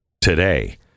today